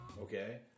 Okay